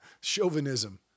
chauvinism